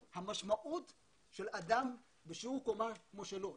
המשמעות של אדם בשיעור קומה כמו שלו,